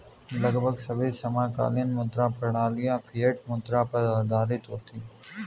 लगभग सभी समकालीन मुद्रा प्रणालियाँ फ़िएट मुद्रा पर आधारित होती हैं